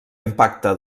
impacte